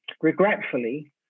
Regretfully